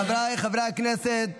חבריי חברי הכנסת,